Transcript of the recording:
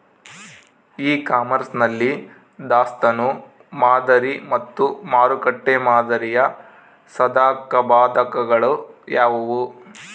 E commerce ನಲ್ಲಿ ದಾಸ್ತನು ಮಾದರಿ ಮತ್ತು ಮಾರುಕಟ್ಟೆ ಮಾದರಿಯ ಸಾಧಕಬಾಧಕಗಳು ಯಾವುವು?